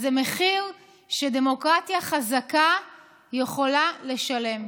אז זה מחיר שדמוקרטיה חזקה יכולה לשלם,